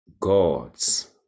gods